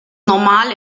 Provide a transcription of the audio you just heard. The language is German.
normal